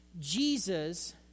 Jesus